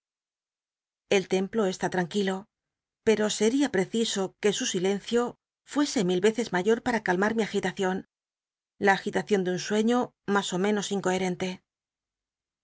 el templo está tranquilo pero sctia preciso que su silencio fuese mil veces mayor pam calmm mi agitacion la agitacion de un sueño mas ó menos incoherente